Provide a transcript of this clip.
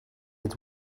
its